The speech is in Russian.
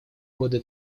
годы